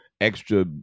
extra